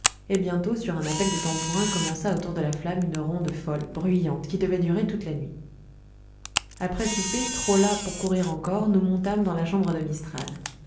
et bientôt sur un appel des tambourins commença autour de la flamme une ronde folle bruyante qui devait durer toute la nuit après souper trop las pour courir encore nous montâmes dans la chambre de mistral